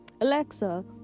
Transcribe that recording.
Alexa